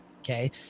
Okay